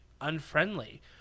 unfriendly